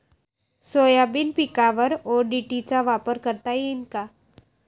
Soybean पिकावर ODT चा वापर करता येईन का?